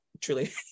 truly